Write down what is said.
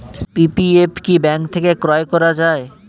PPF কি bank থেকে ক্রয় করা যায়?